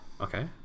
Okay